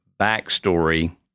backstory